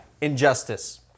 Injustice